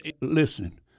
listen